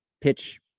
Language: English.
pitch